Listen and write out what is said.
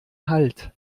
halt